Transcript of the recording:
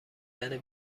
دیدن